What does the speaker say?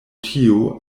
tio